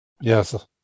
Yes